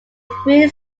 three